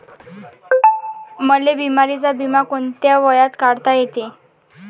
मले बिमारीचा बिमा कोंत्या वयात काढता येते?